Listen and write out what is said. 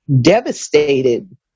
devastated